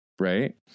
Right